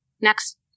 next